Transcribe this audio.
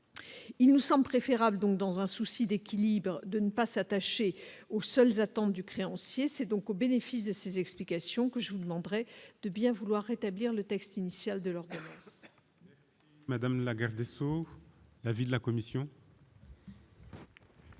Il nous sommes préférable, donc dans un souci d'équilibre, de ne pas s'attacher aux seuls attendu créanciers, c'est donc au bénéfice de ces explications que je vous demanderai de bien vouloir rétablir le texte initial de leur.